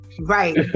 right